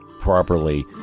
properly